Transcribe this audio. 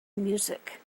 music